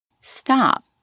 Stop